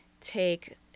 take